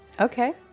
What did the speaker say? Okay